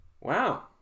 Wow